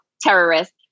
terrorists